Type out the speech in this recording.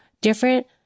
different